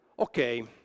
Okay